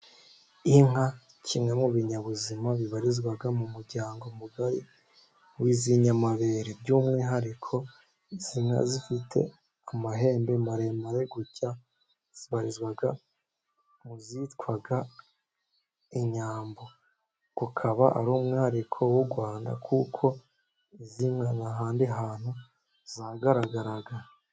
Inka kimwe mu binyabuzima bibarizwa mu muryango mugari w'izi nyamabere, by'umwihariko izi nka zifite amahembe maremare gutya, zibarizwa mu zitwa inyambo, zikaba ari umwihariko w'u Rwanda, kuko zimwe nta handi hantu zagaragaraga.